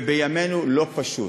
ובימינו זה לא פשוט.